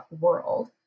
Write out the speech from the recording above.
world